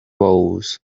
rose